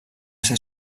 ser